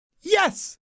Yes